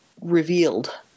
revealed